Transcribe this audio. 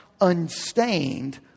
unstained